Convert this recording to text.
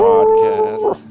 Podcast